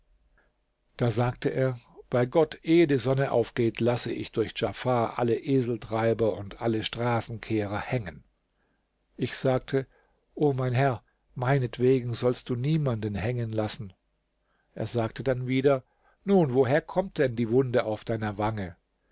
da sagte er bei gott ehe die sonne aufgeht laß ich durch djafar alle eseltreiber und alle straßenkehrer hängen ich sagte o mein herr meinetwegen sollst du niemanden hängen lassen er sagte dann wieder nun woher kommt denn die wunde auf deiner wange